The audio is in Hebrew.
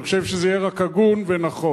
אני חושב שזה יהיה רק הגון ונכון,